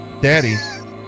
Daddy